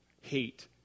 hate